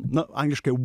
nu angliškai